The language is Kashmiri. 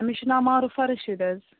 أمِس چھُ ناو ماروفا رٔشیٖد حظ